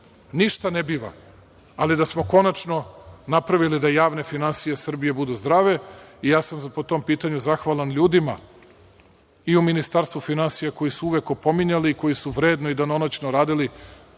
ništa ne biva, ali da smo konačno napravili da javne finansije Srbije budu zdrave. Ja sam po tom pitanju zahvalan ljudima i u Ministarstvu finansija, koji su uvek opominjali i koji su vredno i danonoćno radili,